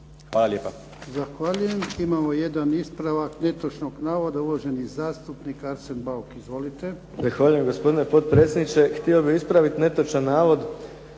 Hvala lijepa.